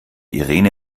irene